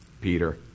Peter